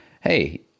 Hey